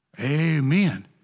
Amen